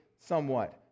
somewhat